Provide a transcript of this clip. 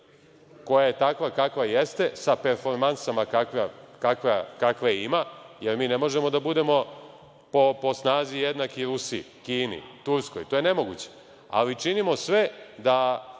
takva kakva jeste, sa performansama kakve ima, jer mi ne možemo da budemo po snazi jednaki Rusiji, Kini, Turskoj, to je nemoguće, ali činimo sve da